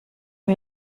wie